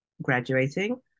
graduating